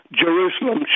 Jerusalem